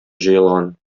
җыелган